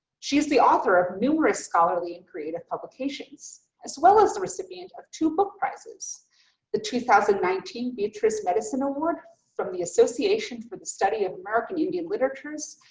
she is the author of numerous scholarly and creative publications as well as the recipient of two book prizes the two thousand and nineteen beatrice medicine award from the association for the study of american indian literatures,